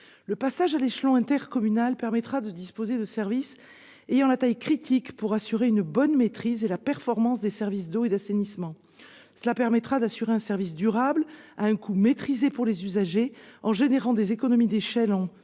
Le passage à l'échelon intercommunal permettra de disposer de services ayant la taille critique pour assurer une bonne maîtrise et la performance des services d'eau et d'assainissement. Il permettra d'assurer un service durable, à un coût maîtrisé pour les usagers, par la création d'économies d'échelle